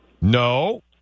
No